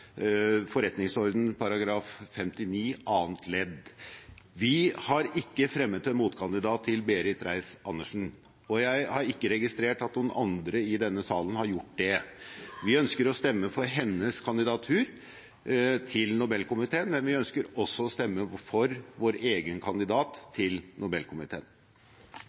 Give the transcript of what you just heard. forretningsorden § 59 annet ledd. Vi har ikke fremmet en motkandidat til Berit Reiss-Andersen, og jeg har ikke registrert at noen andre i denne salen har gjort det. Vi ønsker å stemme for hennes kandidatur til Nobelkomiteen, men vi ønsker også å stemme for vår egen kandidat til Nobelkomiteen.